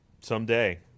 someday